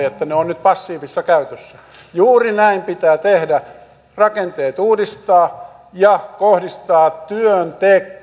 että ne ovat nyt passiivisessa käytössä juuri näin pitää tehdä rakenteet uudistaa ja kohdistaa työn